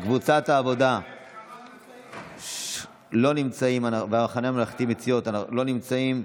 קבוצת העבודה לא נמצאים והמחנה הממלכתי לא נמצאים.